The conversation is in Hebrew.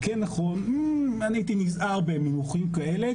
או כן נכון אני הייתי נזהר במינוחים כאלה,